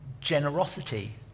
generosity